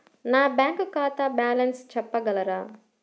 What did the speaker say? నా బ్యాంక్ ఖాతా బ్యాలెన్స్ చెప్పగలరా?